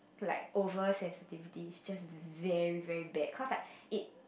like over sensitivity it's just very very bad cause like it